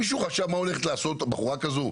מישהו חשב מה הולכת לעשות בחורה כזאת?